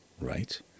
Right